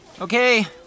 Okay